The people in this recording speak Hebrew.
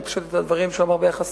פשוט את הדברים שהוא אמר ביחס